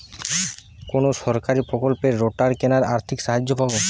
কোন সরকারী প্রকল্পে রোটার কেনার আর্থিক সাহায্য পাব?